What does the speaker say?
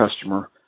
customer